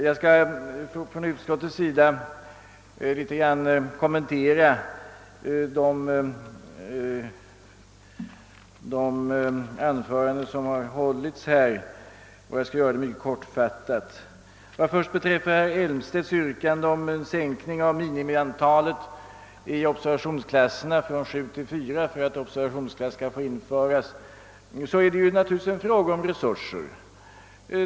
Jag skall som talesman för utskottet något kommentera de anföranden som hållits, och jag skall göra det mycket kortfattat. Vad beträffar herr Elmstedts yrkande om en sänkning av minimiantalet från sju till fyra elever för att observationsklass skall få införas vill jag säga att det är en fråga om resurser.